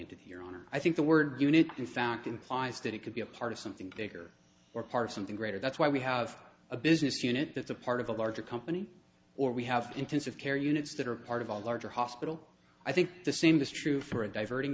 to your honor i think the word unit in fact implies that it could be a part of something bigger or part of something greater that's why we have a business unit that's a part of a larger company or we have intensive care units that are part of a larger hospital i think the same this true for a diverting